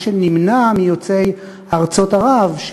מה שנמנע מיוצאי ארצות ערב,